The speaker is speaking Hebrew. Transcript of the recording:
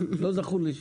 לא זכור לי.